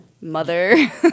mother